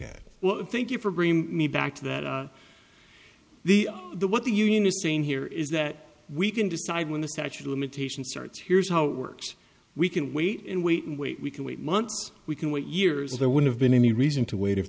at well thank you for bringing me back to that the what the union is saying here is that we can decide when the statute of limitations starts here's how it works we can wait and wait and wait we can wait months we can wait years there would have been any reason to wait if